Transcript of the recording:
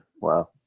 Wow